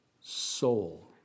soul